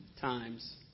times